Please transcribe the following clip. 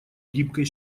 гибкой